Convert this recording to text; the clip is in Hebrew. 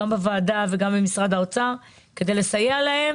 גם מצד הוועדה וגם מצד משרד האוצר כדי לסייע להם.